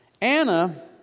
Anna